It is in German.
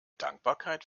dankbarkeit